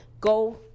Go